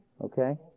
okay